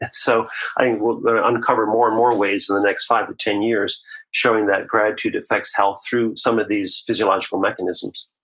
and so i think we're going to uncover more and more ways in the next five to ten years showing that gratitude affects health through some of these physiological mechanisms